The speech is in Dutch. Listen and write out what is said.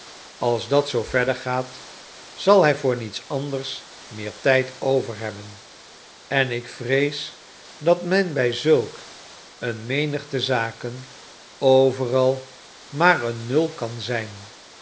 als dat zoo verder gaat zal hij voor niets anders meer tijd over hebben en ik vrees dat men bij zulk een menigte zaken overal maar een nul kan zijn